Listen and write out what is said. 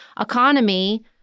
economy